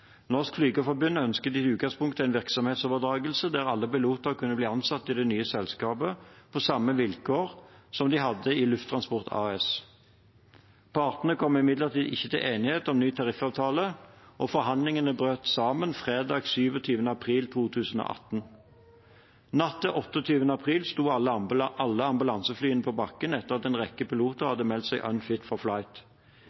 kunne bli ansatt i det nye selskapet på samme vilkår som de hadde i Lufttransport AS. Partene kom imidlertid ikke til enighet om ny tariffavtale, og forhandlingene brøt sammen fredag 27. april 2018. Natt til 28. april sto alle ambulanseflyene på bakken etter at en rekke